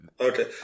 Okay